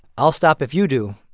i'll stop if you do,